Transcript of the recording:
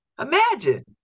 Imagine